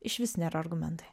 išvis nėra argumentai